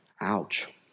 Ouch